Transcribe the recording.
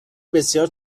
بسیار